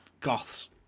goths